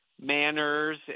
manners